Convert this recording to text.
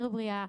יותר בריאה,